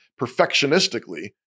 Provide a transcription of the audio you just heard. perfectionistically